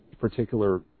particular